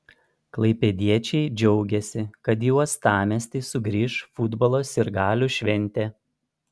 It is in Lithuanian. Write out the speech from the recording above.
klaipėdiečiai džiaugėsi kad į uostamiestį sugrįš futbolo sirgalių šventė